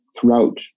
throughout